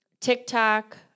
TikTok